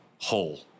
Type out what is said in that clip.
whole